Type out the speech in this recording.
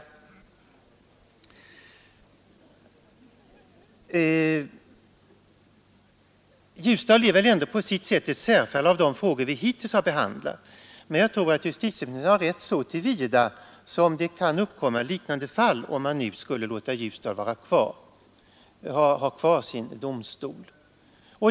Tingsrätten i Ljusdal är väl ändå på sitt sätt ett särfall bland de frågor vi hittills har behandlat. Men jag tror att justitieministern har rätt så till vida att det kan uppkomma liknande fall om man nu skulle låta tingsrätten i Ljusdal få vara kvar.